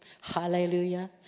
Hallelujah